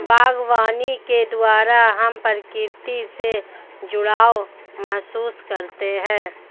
बागवानी के द्वारा हम प्रकृति से जुड़ाव महसूस करते हैं